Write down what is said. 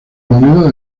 moneda